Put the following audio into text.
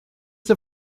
the